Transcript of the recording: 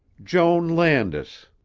joan landis.